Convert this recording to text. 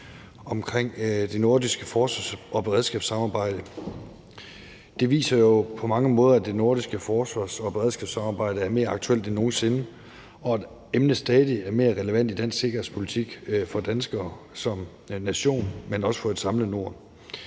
omkring det nordiske forsvars- og beredskabssamarbejde. Det viser jo på mange måder, at det nordiske forsvars- og beredskabssamarbejde er mere aktuelt end nogen sinde, og at emnet stadig er mere relevant end nogen sinde i dansk sikkerhedspolitik for danskerne som nation, men også for et samlet Norden.